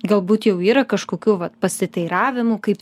galbūt jau yra kažkokių vat pasiteiravimų kaip